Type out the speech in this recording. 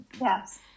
Yes